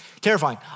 terrifying